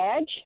edge